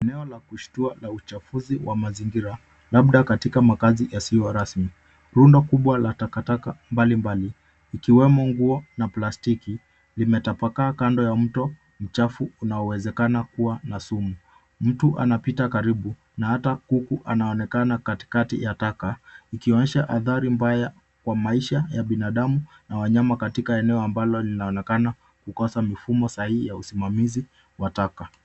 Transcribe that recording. Eneo la kushtua na uchafuzi wa mazingira labda katika makazi yasiyo rasmi, rundo kubwa la takataka mbali mbali ikiwemo nguo na plastiki limetapakaa kando ya mto mchafu unaowezekana kuwa na sumu, mtu anapita karibu na hata kuku anaonekana katikati ya taka ikionyesha adhari mbaya kwa maisha ya binadamu na wanyama katika eneo ambalo linaonekana kukosa mifumo sahihi ya usimamizi wa taka.